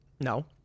No